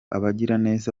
abagiraneza